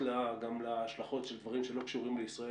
גם להשלכות של דברים שלא קשורים לישראל,